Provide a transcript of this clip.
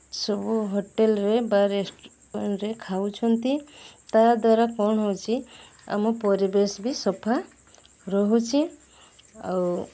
ସବୁ ହୋଟେଲ୍ରେ ବା ରେଷ୍ଟୁରାଣ୍ଟ୍ରେ ଖାଉଛନ୍ତି ତା'ଦ୍ୱାରା କ'ଣ ହେଉଛି ଆମ ପରିବେଶ ବି ସଫା ରହୁଛି ଆଉ